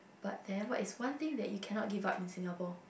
but then what is one thing that you cannot give up in Singapore